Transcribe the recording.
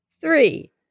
Three